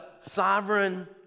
sovereign